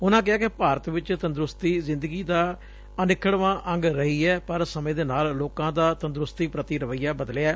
ਉਨੂਾ ਕਿਹਾ ਕਿ ਭਾਰਤ ਵਿਚ ਤੰਦਰੁਸਤੀ ਜਿੰਦਗੀ ਦਾ ਅਨਿਖਤਵਾਂ ਅੰਗ ਰਹੀ ਐ ਪਰ ਸਮੇਂ ਦੇ ਨਾਲ ਲੋਕਾਂ ਦਾ ਤੰਦਰਸਤੀ ਪੁਤੀ ਰਵੱਈਆ ਬਦਲਿਐ